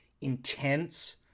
intense